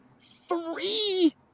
Three